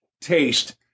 taste